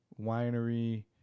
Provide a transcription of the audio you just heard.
winery